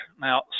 Now